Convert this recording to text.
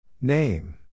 Name